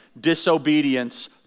disobedience